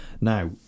Now